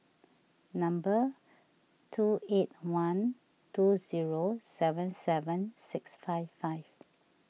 two eight one two zero seven seven six five five